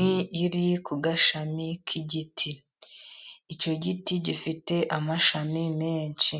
Inyoni iri ku gashami k'igiti, icyo giti gifite amashami menshi